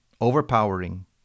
overpowering